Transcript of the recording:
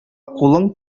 кулың